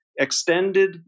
extended